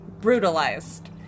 brutalized